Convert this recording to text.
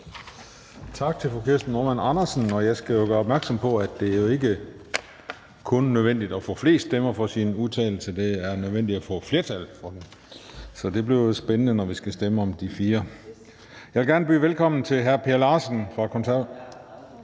Tak til fru Kirsten Normann Andersen. Jeg skal gøre opmærksom på, at det jo ikke kun er nødvendigt at få flest stemmer til sit forslag til vedtagelse. Det er nødvendigt at få flertal. Så det bliver jo spændende, når vi skal stemme om de fire forslag til vedtagelse. Der er en kort